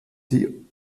die